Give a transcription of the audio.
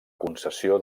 concessió